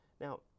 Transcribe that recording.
now